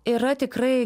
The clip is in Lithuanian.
yra tikrai